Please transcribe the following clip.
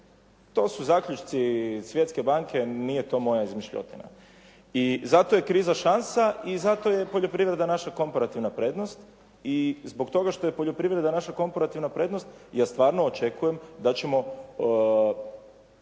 To su zaključci Svjetske banke, nije to moja izmišljotina. I zato je kriza šansa i zato je poljoprivreda naša komparativna prednost i zbog toga što je poljoprivreda naša komparativna prednost ja stvarno očekujem da ćemo